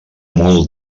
molt